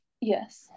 Yes